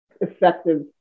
effective